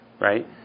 right